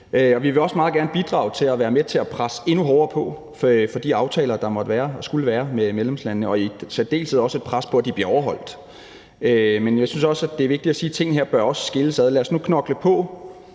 Vi vil også meget gerne bidrage til at presse endnu mere på med hensyn til de forpligtelser, medlemslandene har, og i særdeleshed også lægge et pres på, for at de bliver overholdt. Men jeg synes også, det er vigtigt at sige, at tingene bør skilles ad – lad os nu knokle på